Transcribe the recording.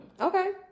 Okay